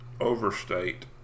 overstate